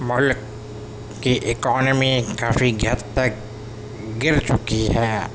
ملک کی اکانمی کافی حد تک گر چکی ہے